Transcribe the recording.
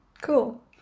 cool